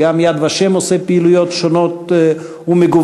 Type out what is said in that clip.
וגם "יד ושם" עושה פעילויות שונות ומגוונות,